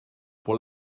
pour